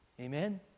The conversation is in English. amen